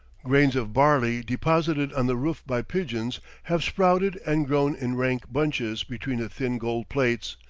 grains of barley deposited on the roof by pigeons have sprouted and grown in rank bunches between the thin gold plates,